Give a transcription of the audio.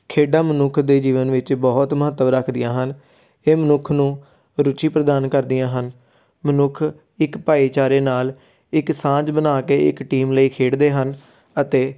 ਖੇਡਾਂ ਮਨੁੱਖ ਦੇ ਜੀਵਨ ਵਿੱਚ ਬਹੁਤ ਮਹੱਤਵ ਰੱਖਦੀਆਂ ਹਨ ਇਹ ਮਨੁੱਖ ਨੂੰ ਰੁਚੀ ਪ੍ਰਦਾਨ ਕਰਦੀਆਂ ਹਨ ਮਨੁੱਖ ਇੱਕ ਭਾਈਚਾਰੇ ਨਾਲ ਇੱਕ ਸਾਂਝ ਬਣਾ ਕੇ ਇੱਕ ਟੀਮ ਲਈ ਖੇਡਦੇ ਹਨ ਅਤੇ